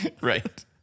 Right